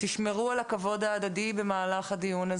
תשמרו על הכבוד ההדדי במהלך הדיון.